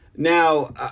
Now